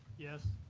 yes.